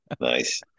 Nice